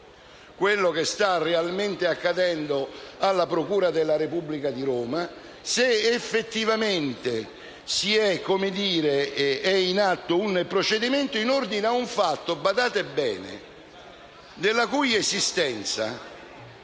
quanto sta realmente accadendo alla procura della Repubblica di Roma: se, effettivamente, sia in atto un procedimento in ordine a un fatto rispetto alla cui esistenza